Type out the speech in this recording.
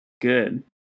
good